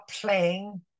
playing